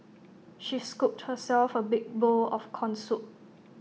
she scooped herself A big bowl of Corn Soup